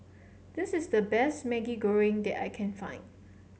this is the best Maggi Goreng that I can find